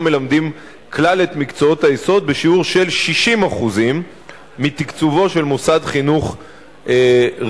מלמדים כלל את מקצועות היסוד בשיעור 60% מתקצובו של מוסד חינוך רשמי.